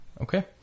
Okay